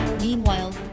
Meanwhile